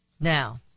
Now